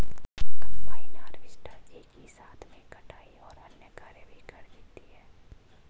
combine harvester एक ही साथ में कटाई और अन्य कार्य भी कर देती है